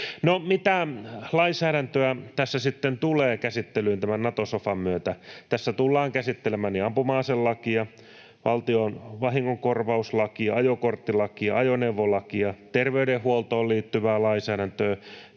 mitä lainsäädäntöä tässä sitten tulee käsittelyyn tämän Nato-sofan myötä? Tässä tullaan käsittelemään ampuma-aselakia, valtion vahingonkorvauslakia, ajokorttilakia, ajoneuvolakia, terveydenhuoltoon liittyvää lainsäädäntöä,